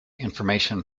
information